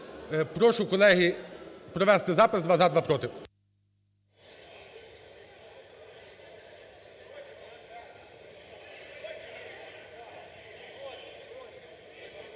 Прошу, колеги, провести запис: два – за, два – проти.